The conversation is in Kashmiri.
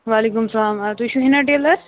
وعلیکُم السلام آ تُہۍ چھُو ہِنا ٹیلَر